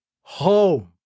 home